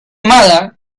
amada